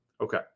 Okay